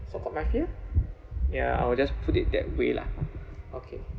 so for my fear ya I will just put it that way lah okay